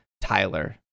tyler